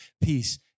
peace